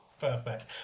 Perfect